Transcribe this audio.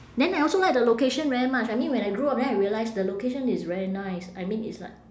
then I also like the location very much I mean when I grow up then I realise the location is very nice I mean it's like